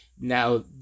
now